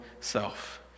self